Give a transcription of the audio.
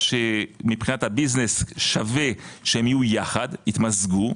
שמבחינת הביזנס שווה שיתמזגו,